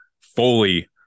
fully